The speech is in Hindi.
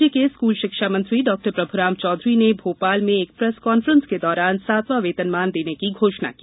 राज्य के स्कूल शिक्षा मंत्री डॉ प्रभुराम चौधरी ने भोपाल में एक प्रेस कॉन्फ्रेंस के दौरान सातवां वेतनमान देने की घोषणा की